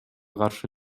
каршы